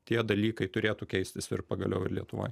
tie dalykai turėtų keistis ir pagaliau ir lietuvoj